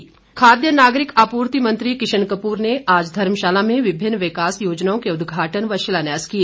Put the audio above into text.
किशन कपूर खाद्य नागरिक आपूर्ति मंत्री किशन कपूर ने आज धर्मशाला में विभिन्न विकास योजनाओं के उद्घाटन व शिलान्यास किए